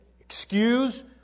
excuse